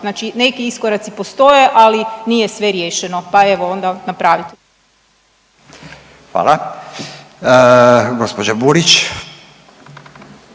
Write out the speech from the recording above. Znači neki iskoraci postoje, ali nije sve riješeno pa evo onda napravite. **Radin, Furio